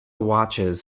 watches